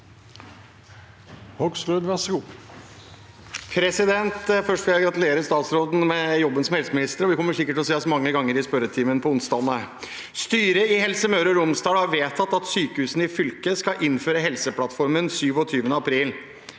Hoksrud (FrP) Først vil jeg gratule- re statsråden med jobben som helseminister – vi kommer sikkert til å ses mange ganger i spørretimen på onsdagene. «Styret i Helse Møre og Romsdal har vedtatt at sykehusene i fylket skal innføre Helseplattformen 27. april.